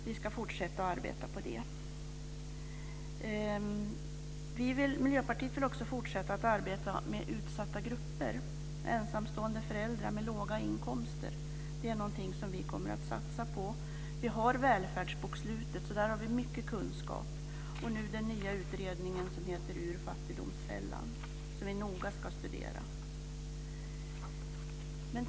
Vi ska fortsätta att arbeta med det. Miljöpartiet vill också fortsätta att arbeta med utsatta grupper, ensamstående föräldrar med låga inkomster. Det är någonting som vi kommer att satsa på. Vi har välfärdsbokslutet, så där har vi mycket kunskap, och den nya utredning som heter Ur fattigdomsfällan, som vi noga ska studera.